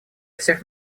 всех